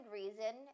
reason